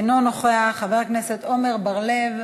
אינו נוכח, חבר הכנסת עמר בר-לב,